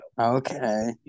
Okay